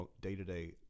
day-to-day